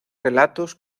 relatos